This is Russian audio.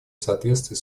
соответствии